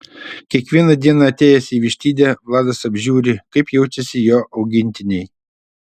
kiekvieną dieną atėjęs į vištidę vladas apžiūri kaip jaučiasi jo augintiniai